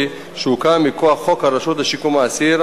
שהוקם מכוח חוק הרשות לשיקום האסיר,